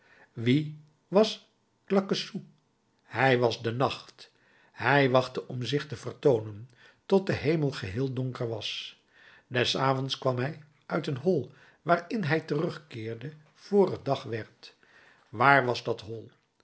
wie was claquesous hij was de nacht hij wachtte om zich te vertoonen tot de hemel geheel donker was des avonds kwam hij uit een hol waarin hij terugkeerde vr het dag werd waar was dat